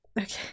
Okay